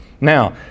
Now